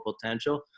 potential